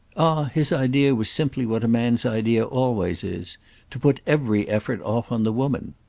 his idea was simply what a man's idea always is to put every effort off on the woman.